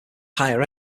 higher